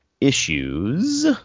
issues